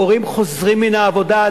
ההורים חוזרים מן העבודה,